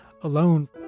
alone